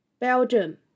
Belgium